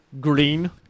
green